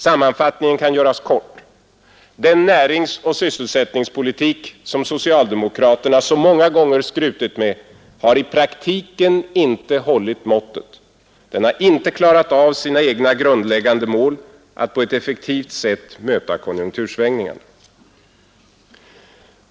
Sammanfattningen kan göras kort: Den näringsoch sysselsättningspolitik som socialdemokraterna så många gånger skrutit med har i praktiken inte hållit måttet. Den har inte klarat av sina egna grundläggande mål: att på ett effektivt sätt möta konjunktursvängningar.